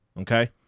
okay